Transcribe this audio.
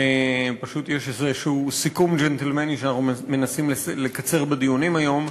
פשוט יש איזשהו סיכום ג'נטלמני שאנחנו מנסים לקצר בדיונים היום.